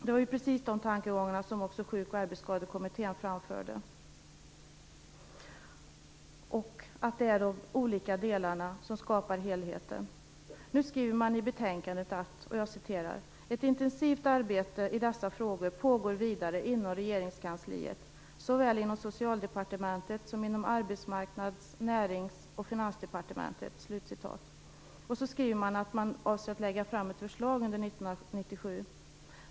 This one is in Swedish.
Det var precis de tankegångarna som också Sjuk och arbetsskadekommittén framförde, och att det är de olika delarna som skapar helheten. Nu skriver man i betänkandet: "Ett intensivt arbete i dessa frågor pågår vidare inom regeringskansliet, såväl inom Socialdepartementet som inom Arbetsmarknads-, Närings och Finansdepartementen." Sedan skriver man att man avser att lägga fram ett förslag under 1997.